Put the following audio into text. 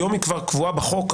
היום היא כבר קבועה בחוק,